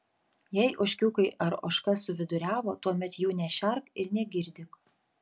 jei ožkiukai ar ožka suviduriavo tuomet jų nešerk ir negirdyk